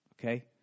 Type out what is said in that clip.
Okay